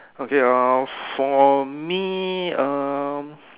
okay uh for me err